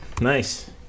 nice